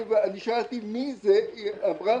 שאלתי מי זה שגובה ואמרו